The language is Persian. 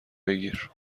بگیر